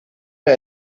mir